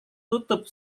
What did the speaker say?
tutup